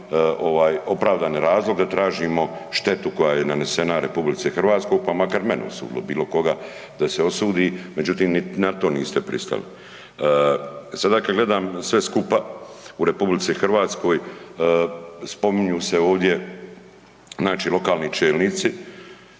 opravdane razloge da tražimo štetu koja je nanesena RH pa makar mene osudili, bilo koga da se osudi, međutim ni na to niste pristali. Sada kada gledam sve skupa u RH spominju se ovdje lokalni čelnici,